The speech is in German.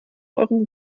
eurem